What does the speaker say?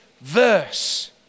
verse